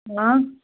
آ